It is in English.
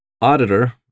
auditor